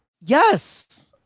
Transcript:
Yes